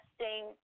testing